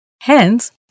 hence